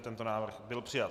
Tento návrh byl přijat.